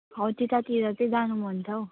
हो त्यतातिर चाहिँ जानु मन छ हौ